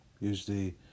usually